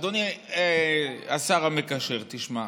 אדוני השר המקשר, תשמע,